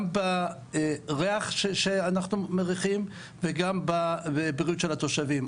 גם בריח שאנחנו מריחים וגם בבריאות של התושבים.